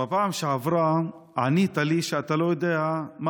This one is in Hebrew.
בפעם שעברה ענית לי שאתה לא יודע מה